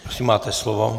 Prosím, máte slovo.